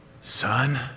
son